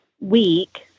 week